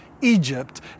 Egypt